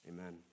Amen